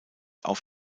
auf